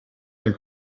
ein